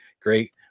great